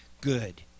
good